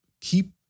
keep